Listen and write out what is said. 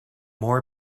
more